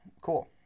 cool